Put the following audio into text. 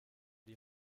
die